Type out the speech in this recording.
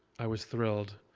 i was thrilled,